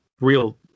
real